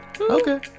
okay